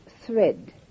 thread